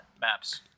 Maps